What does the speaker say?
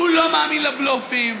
והוא לא מאמין לבלופים,